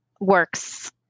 works